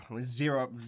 zero